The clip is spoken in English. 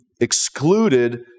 excluded